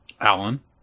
Alan